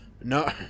no